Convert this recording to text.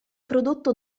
prodotto